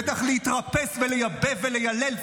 בטח להתרפס ולייבב וליילל,